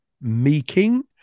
Meeking